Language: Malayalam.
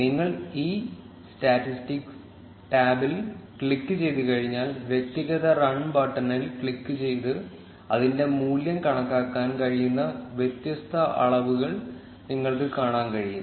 നിങ്ങൾ ഈ സ്റ്റാറ്റിസ്റ്റിക്സ് ടാബിൽ ക്ലിക്കുചെയ്തുകഴിഞ്ഞാൽ വ്യക്തിഗത റൺ ബട്ടണിൽ ക്ലിക്കുചെയ്ത് അതിന്റെ മൂല്യം കണക്കാക്കാൻ കഴിയുന്ന വ്യത്യസ്ത അളവുകൾ നിങ്ങൾക്ക് കാണാൻ കഴിയും